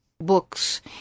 books